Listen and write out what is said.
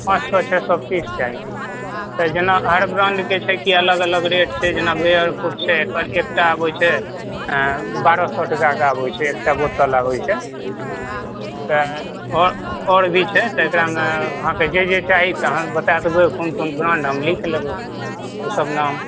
पाँच सए छओ सए पीस चाही त जेना हर ब्रांड के छै की अलग अलग रेट छै जेना बियर फुट छै एकर एकटा आबै छै बारह सए टका के आबै छै एकटा बोतल आबै छै तऽ आओर भी छै तऽ एकरामे अहाँके जे जे चाही अहाँ बताए देबै कोन कोन ब्रांड हम लिख लेबै ओ सब नाम